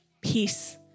peace